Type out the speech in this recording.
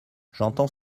j’entends